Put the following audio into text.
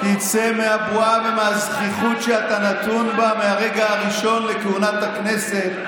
תצא מהבועה ומהזחיחות שאתה נתון בה מהרגע הראשון לכהונת הכנסת.